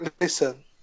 listen